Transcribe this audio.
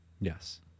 Yes